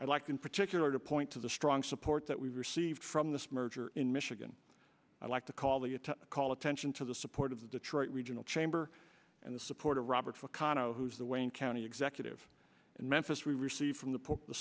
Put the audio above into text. i'd like in particular to point to the strong support that we received from this merger in michigan i'd like to call the a to call attention to the support of the detroit regional chamber and the support of robert mcconnell who's the wayne county executive in memphis we receive from the